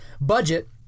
budget